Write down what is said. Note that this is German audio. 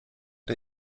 der